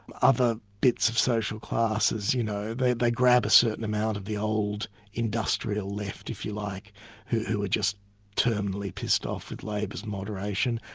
other bits of social classes, you know, they they grab a certain amount of the old industrial left if you like who are just terminally pissed off with labor's moderation,